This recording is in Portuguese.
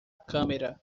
câmera